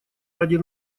ради